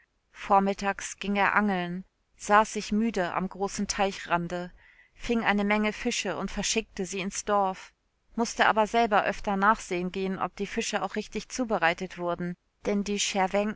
vormittags ging er angeln saß sich müde am großen teichrande fing eine menge fische und verschickte sie ins dorf mußte aber selber öfter nachsehen gehen ob die fische auch richtig zubereitet wurden denn die